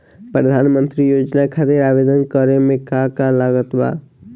प्रधानमंत्री योजना खातिर आवेदन करे मे का का लागत बा?